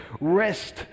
rest